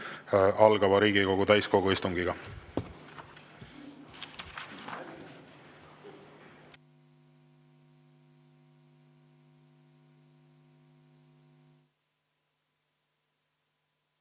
algava Riigikogu täiskogu istungiga.